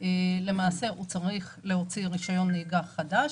הוא צריך להוציא רישיון נהיגה חדש,